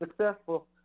successful